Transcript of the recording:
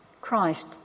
Christ